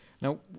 Now